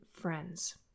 Friends